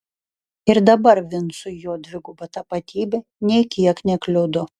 ir dabar vincui jo dviguba tapatybė nė kiek nekliudo